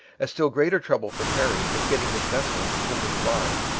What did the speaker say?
a still greater trouble for perry was getting his vessels over the bar.